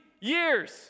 years